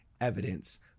evidence